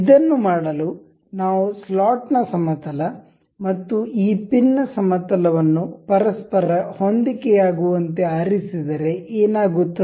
ಇದನ್ನು ಮಾಡಲು ನಾವು ಸ್ಲಾಟ್ ನ ಸಮತಲ ಮತ್ತು ಈ ಪಿನ್ನ ಸಮತಲವನ್ನು ಪರಸ್ಪರ ಹೊಂದಿಕೆಯಾಗುವಂತೆ ಆರಿಸಿದರೆ ಏನಾಗುತ್ತದೆ